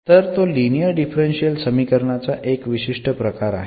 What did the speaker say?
तर तो linear differential समीकरणाचा एक विशिष्ट प्रकार आहे